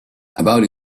about